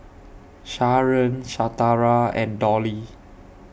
Sharen Shatara and Dolly